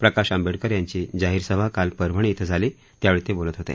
प्रकाश आंबेडकर यांची जाहीर सभा काल परभणी इथं झाली त्यावेळी ते बोलत होते